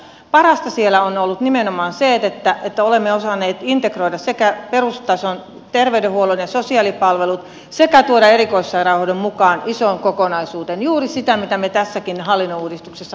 parasta siellä on ollut nimenomaan se että olemme osanneet sekä integroida perustason terveydenhuollon ja sosiaalipalvelut että tuoda erikoissairaanhoidon mukaan isoon kokonaisuuteen juuri sitä mitä me tässäkin hallinnonuudistuksessa haemme